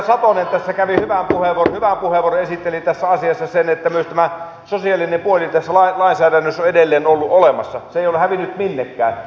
edustaja satonen tässä käytti hyvän puheenvuoron esitteli tässä asiassa sen että myös tämä sosiaalinen puoli tässä lainsäädännössä on edelleen ollut olemassa se ei ole hävinnyt minnekään